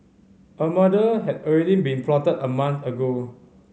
a murder had already been plotted a month ago